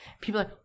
People